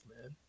man